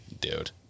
dude